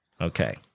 Okay